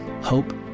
hope